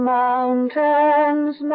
mountains